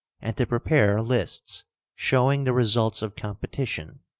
and to prepare lists showing the results of competition,